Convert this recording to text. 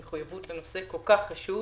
מחויבות לנושא כל כך חשוב